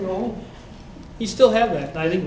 you know you still have that i think